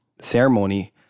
ceremony